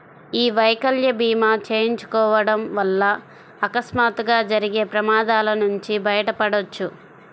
యీ వైకల్య భీమా చేయించుకోడం వల్ల అకస్మాత్తుగా జరిగే ప్రమాదాల నుంచి బయటపడొచ్చు